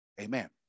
amen